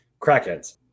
Crackheads